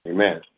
Amen